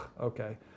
okay